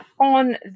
on